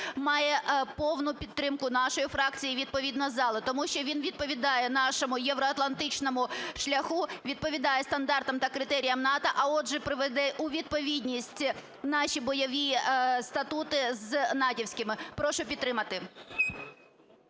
має повну підтримку нашої фракції і відповідно залу. Тому що він відповідає нашому євроатлантичному шляху, відповідає стандартам та критеріям НАТО, а, отже, приведе у відповідність наші бойові статути з натівськими. Прошу підтримати.